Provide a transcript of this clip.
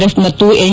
F ಮತ್ತು N